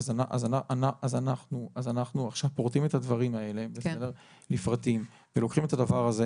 אז אנחנו עכשיו פורטים את הדברים האלה לפרטים ולוקחים את הדבר הזה,